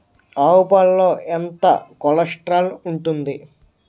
ఆవు పాలలో ఎంత కొలెస్ట్రాల్ ఉంటుంది?